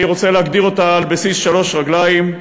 אני רוצה להגדיר אותה על בסיס שלוש רגליים: